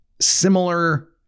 similar